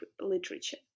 literature